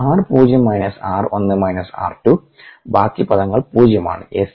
r പൂജ്യം minus r 1 minus r 2 ബാക്കി പദങ്ങൾ പൂജ്യമാണ് S